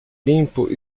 limpo